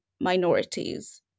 minorities